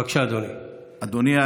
בבקשה, אדוני.